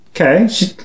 Okay